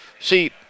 See